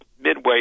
midway